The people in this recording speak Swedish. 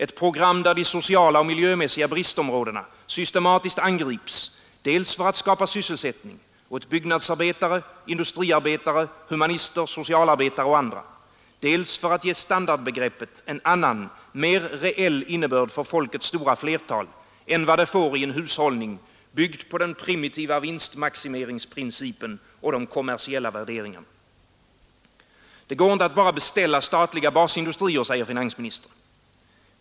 Ett program där de sociala och miljömässiga bristområdena systematiskt angrips dels för att skapa sysselsättning åt byggnadsarbetare, industriarbetare, humanister, socialarbetare och andra, dels för att ge standardbegreppet en annan, mer reell innebörd för folkets stora flertal än vad det får i en hushållning byggd på den primitiva vinstmaximeringsprincipen och de kommersiella värderingarna. Det går inte att bara beställa statliga basindustrier, säger finansministern.